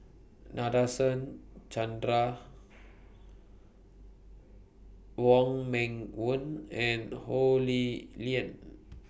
Nadasen Chandra Wong Meng Voon and Ho Lee Ling